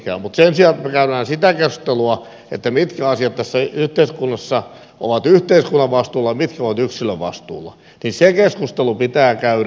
mutta sen sijaan jos me käymme sitä keskustelua mitkä asiat tässä yhteiskunnassa ovat yhteiskunnan vastuulla ja mitkä yksilön vastuulla niin se keskustelu pitää käydä